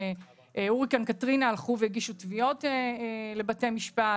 בהוריקן קתרינה הלכו והגישו תביעות לבתי המשפט.